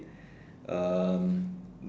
um